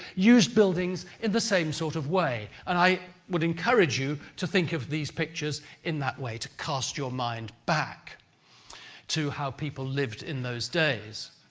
used buildings in the same sort of way. and i would encourage you to think of these pictures in that way, to cast your mind back to how people lived in those days.